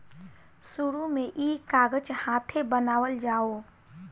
शुरु में ई कागज हाथे बनावल जाओ